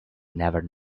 never